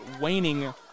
waning